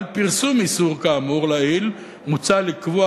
על פרסום איסור כאמור לעיל מוצע לקבוע